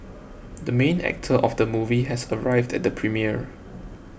the main actor of the movie has arrived at the premiere